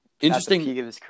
Interesting